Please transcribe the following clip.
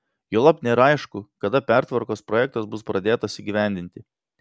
juolab nėra aišku kada pertvarkos projektas bus pradėtas įgyvendinti